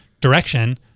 direction